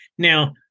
Now